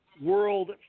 World